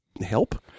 help